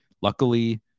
Luckily